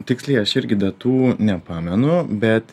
tiksliai aš irgi datų nepamenu bet